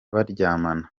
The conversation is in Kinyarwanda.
baryamana